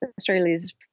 Australia's